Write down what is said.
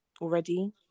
already